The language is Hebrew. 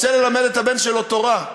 רוצה ללמד את הבן שלו תורה.